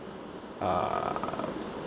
uh